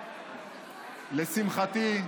לשמחתי,